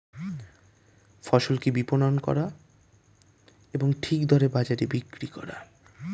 ফসলকে বিপণন করা এবং ঠিক দরে বাজারে বিক্রি করা